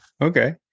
Okay